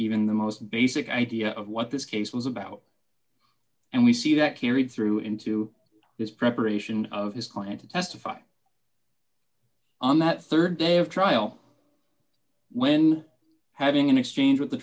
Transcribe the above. even the most basic idea of what this case was about and we see that carried through into d this preparation of his client to testify on that rd day of trial when having an exchange with the